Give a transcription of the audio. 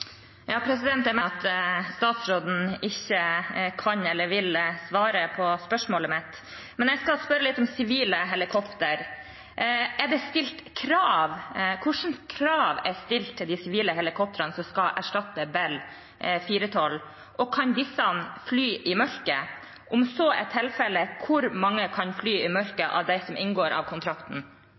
meg at statsråden ikke kan eller vil svare på spørsmålet mitt. Men jeg skal spørre litt om sivile helikopter. Hvilke krav er stilt til de sivile helikoptrene som skal erstatte Bell 412, og kan disse fly i mørket? Om så er tilfellet, hvor mange kan fly i mørket av dem som inngår i kontrakten?